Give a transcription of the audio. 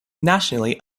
nationally